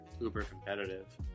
uber-competitive